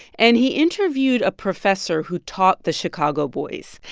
and he interviewed a professor who taught the chicago boys,